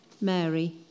Mary